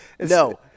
No